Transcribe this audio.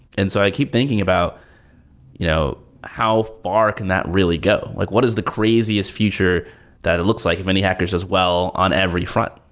and so i keep thinking about you know how far can that really go. like what is the craziest future that it looks like if indie hackers does well on every front?